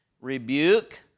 rebuke